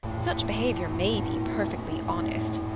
such behaviour may be perfectly honest,